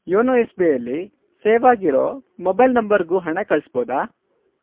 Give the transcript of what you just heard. YONO S B ಐಲ್ಲಿ save ಆಗಿರೋ mobile ನಂಬರ್ಗೂ ಹಣ ಕಳಿಸ್ಬೋದಾ